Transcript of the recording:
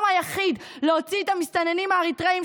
היחיד להוציא את המסתננים האריתריאים,